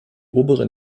oberen